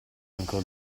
ancor